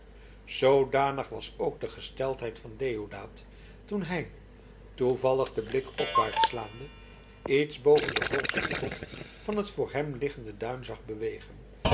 zoodanig was ook de gesteldheid van deodaat toen hij toevallig den blik opwaarts slaande iets boven den hoogsten top van het voor hem liggend duin zag bewegen